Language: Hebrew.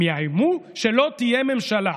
הם יאיימו שלא תהיה ממשלה,